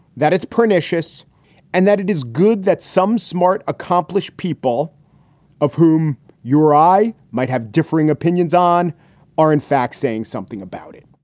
that it's pernicious and that it is good that some smart, accomplished people of whom your eye might have differing opinions on are in fact saying something about it.